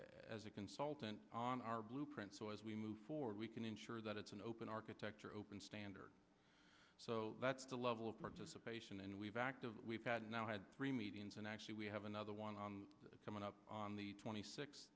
a consultant on our blueprint so as we move forward we can ensure that it's an open architecture open standard so that's the level of participation and we've active we've now had three meetings and actually we have another one on that coming up on the twenty sixth